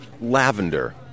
Lavender